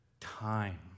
time